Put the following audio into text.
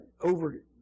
over